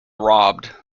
robbed